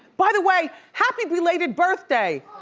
by the way, happy belated birthday.